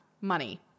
money